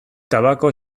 tabako